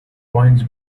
points